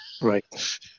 Right